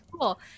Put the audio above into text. cool